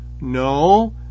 No